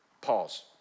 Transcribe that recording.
Pause